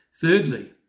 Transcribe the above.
Thirdly